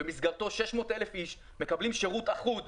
במסגרתו 600,000 אנשים מקבלים שירות אחוד.